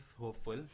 hopeful